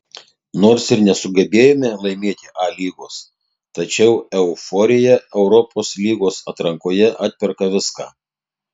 nors ir nesugebėjome laimėti a lygos tačiau euforija europos lygos atrankoje atperka viską